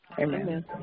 Amen